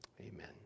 amen